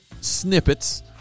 snippets